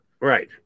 Right